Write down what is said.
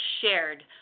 shared